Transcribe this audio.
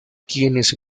quienes